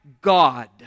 God